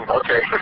okay